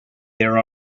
there